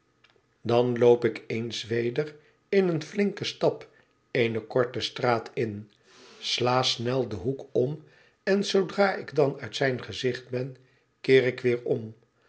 dan loop ik eens weder in een flinken stap eene korte straat in sla snel den hoek om en zoodra ik dan uit zijn gezicht ben keer ik weer om